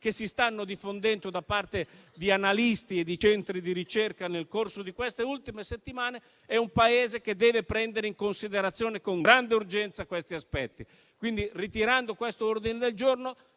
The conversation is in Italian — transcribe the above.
che si stanno diffondendo da parte di analisti e di centri di ricerca nel corso delle ultime settimane, deve prendere in considerazione con grande urgenza questi aspetti. Ritirando questo ordine del giorno,